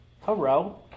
Hello